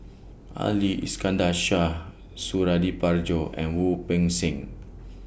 Ali Iskandar Shah Suradi Parjo and Wu Peng Seng